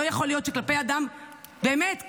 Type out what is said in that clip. לא יכול להיות שכלפי אדם באמת קטן,